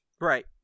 Right